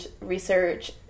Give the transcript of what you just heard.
research